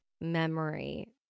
memory